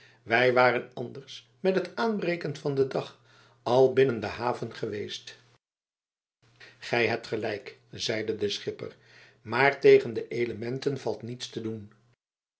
wij waren anders met het aanbreken van den dag al binnen de haven geweest gij hebt gelijk zeide de schipper maar tegen de elementen valt niets te doen